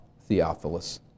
Theophilus